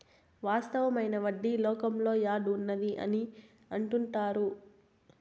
వాస్తవమైన వడ్డీ లోకంలో యాడ్ ఉన్నది అని అంటుంటారు